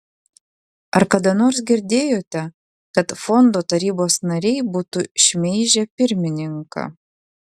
ar kada nors girdėjote kad fondo tarybos nariai būtų šmeižę pirmininką